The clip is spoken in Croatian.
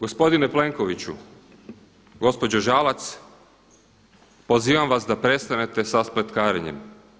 Gospodine Plenkoviću, gospođo Žalac, pozivam vas da prestanete sa spletkarenjem.